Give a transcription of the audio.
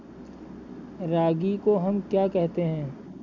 रागी को हम क्या कहते हैं?